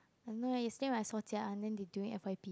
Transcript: I don't know eh yesterday when I saw Jia-An then they doing F_Y_P